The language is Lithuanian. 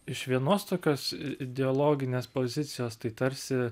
iš vienos tokios ideologinės pozicijos tai tarsi